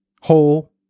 whole